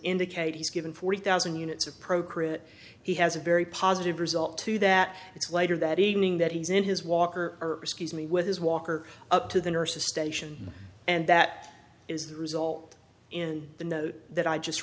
indicate he's given forty thousand units of procrit he has a very positive result to that it's later that evening that he's in his walker me with his walker up to the nurse's station and that is the result in the note that i just